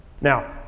Now